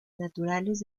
naturales